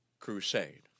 crusade